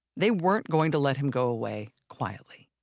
they weren't going to let him go away quietly